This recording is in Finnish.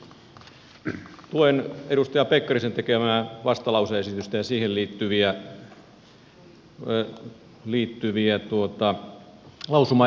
aivan aluksi luen edustaja pekkarisen tekemää vastalause esitystä ja siihen liittyviä lausumaesityksiä